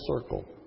circle